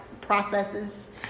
processes